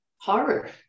horror